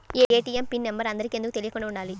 ATM pin number అందరికి ఎందుకు తెలియకుండా ఉండాలి?